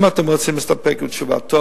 אם אתם רוצים להסתפק בתשובה,